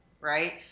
right